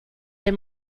les